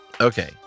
Okay